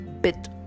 bit